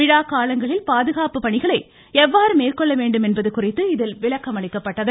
விழாக்காலங்களில் பாதுகாப்பு பணிகளை எவ்வாறு மேற்கொள்ள வேண்டும் என்பது குறித்து இதில் விளக்கமளிக்கப்பட்டது